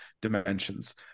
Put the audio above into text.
dimensions